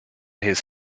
his